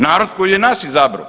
Narod koji je nas izabrao.